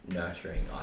nurturing